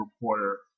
reporter